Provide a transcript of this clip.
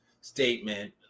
statement